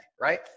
right